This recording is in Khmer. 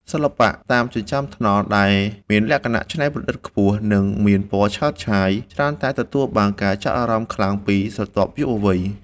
សិល្បៈតាមចិញ្ចើមថ្នល់ ដែលមានលក្ខណៈច្នៃប្រឌិតខ្ពស់ និងមានពណ៌ឆើតឆាយ ច្រើនតែទទួលបានការចាប់អារម្មណ៍ខ្លាំងពីស្រទាប់យុវវ័យ។